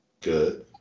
Good